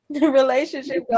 relationship